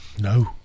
No